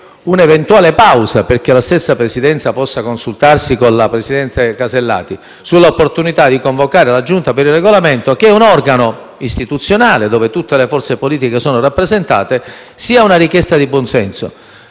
un'eventuale pausa perché la stessa Presidenza possa consultarsi con il presidente Casellati sull'opportunità di convocare la Giunta per il Regolamento, che è un organo istituzionale in cui tutte le forze politiche sono rappresentate, sia una richiesta di buonsenso.